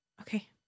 okay